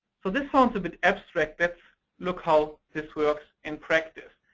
so this sounds a bit abstract. let's look how this works in practice.